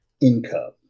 income